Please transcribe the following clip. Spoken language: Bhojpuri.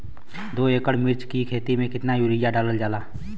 दो एकड़ मिर्च की खेती में कितना यूरिया डालल जाला?